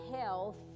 health